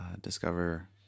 discover